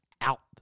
out